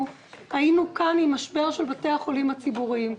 היינו כאן עם משבר של בתי החולים הציבוריים.